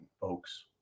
folks